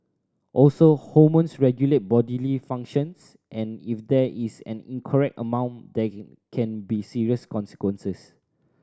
also hormones regulate bodily functions and if there is an incorrect amount there can be serious consequences